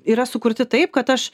yra sukurti taip kad aš